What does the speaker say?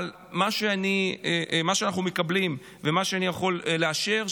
אבל מה שאנחנו מקבלים ומה שאני יכול לאשר,